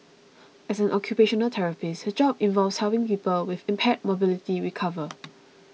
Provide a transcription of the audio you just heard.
as an occupational therapist her job involves helping people with impaired mobility recover